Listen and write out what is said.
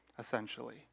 essentially